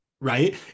right